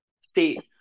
State